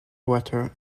water